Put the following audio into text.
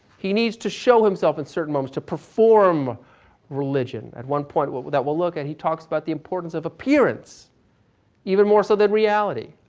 he needs to show himself in certain moments to perform religion. at one point but that we'll look at he talks about the importance of appearance even more so than reality.